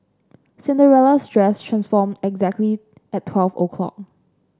Cinderella's dress transformed exactly at twelve o'clock